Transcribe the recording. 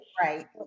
Right